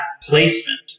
placement